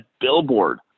billboard